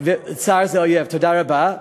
צר זה אויב, תודה רבה.